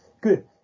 Good